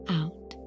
out